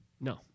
No